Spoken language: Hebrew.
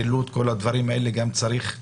גם שילוט וכל הדברים האלה צריכים להיות.